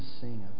sing